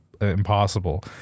impossible